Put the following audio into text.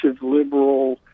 liberal